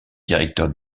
directeur